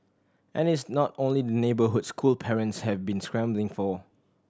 and it's not only the neighbourhood school parents have been scrambling for